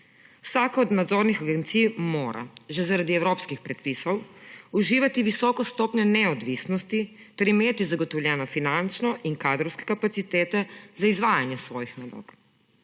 Vsaka od nadzornih agencij mora že zaradi evropskih predpisov uživati visoko stopnjo neodvisnosti ter imeti zagotovljeno finančne in kadrovske kapacitete za izvajanje svojih nalog.